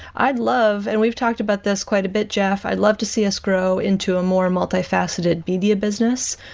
i'd love and we've talked about this quite a bit, jeff. i'd love to see us grow into a more and multifaceted media business.